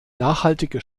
nachhaltige